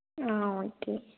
ஆ okay